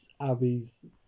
Abby's